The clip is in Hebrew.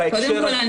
קודם כל,